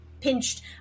pinched